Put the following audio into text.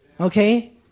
Okay